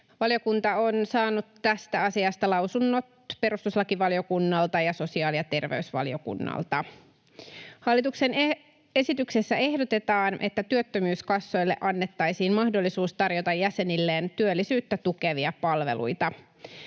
Valiokunta on saanut tästä asiasta lausunnot perustuslakivaliokunnalta ja sosiaali- ja terveysvaliokunnalta. Hallituksen esityksessä ehdotetaan, että työttömyyskassoille annettaisiin mahdollisuus tarjota jäsenilleen työllisyyttä tukevia palveluita.